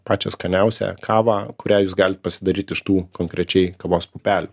pačią skaniausią kavą kurią jūs galit pasidaryt iš tų konkrečiai kavos pupelių